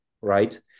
right